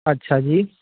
ਅੱਛਾ ਜੀ